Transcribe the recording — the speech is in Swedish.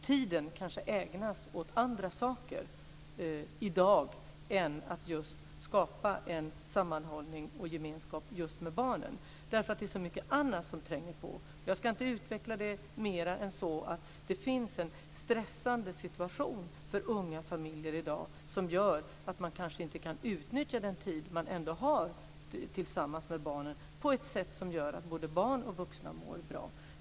Tiden kanske ägnas åt andra saker i dag än åt att skapa sammanhållning och gemenskap med barnen därför att det är så mycket annat som tränger på. Jag ska inte utveckla det mer än så. Men det finns en stressande situation för unga familjer i dag som gör att man kanske inte kan utnyttja den tid man ändå har tillsammans med barnen på ett sätt som gör att både barn och vuxna mår bra.